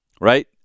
Right